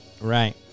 Right